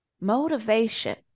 Motivation